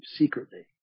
secretly